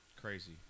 Crazy